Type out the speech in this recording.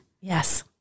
Yes